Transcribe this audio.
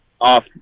off